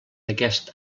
aquest